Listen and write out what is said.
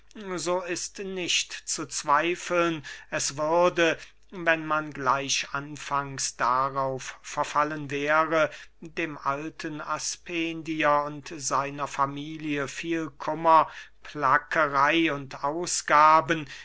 so ist nicht zu zweifeln es würde wenn man gleich anfangs darauf verfallen wäre dem alten aspendier und seiner familie viel kummer plackerey und ausgaben